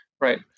right